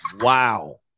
Wow